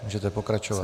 Můžete pokračovat.